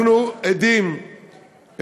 אנחנו עדים,